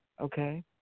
okay